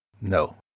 No